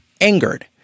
angered